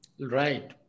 Right